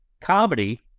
comedy